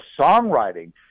songwriting